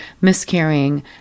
miscarrying